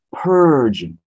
purge